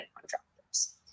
contractors